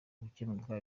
gukemuka